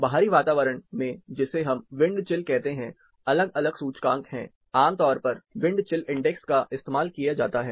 बाहरी वातावरण में जिसे हम विंड चिल कहते हैं अलग अलग सूचकांक हैं आमतौर पर विंड चिल इंडेक्स का इस्तेमाल किया जाता है